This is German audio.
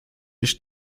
ich